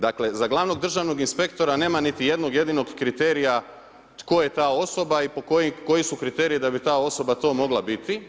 Dakle, za gl. državnog inspektora nema niti jednog jedinog kriterija, tko je ta osoba i koji su kriteriji da bi ta osoba to mogla biti.